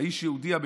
"איש יהודי",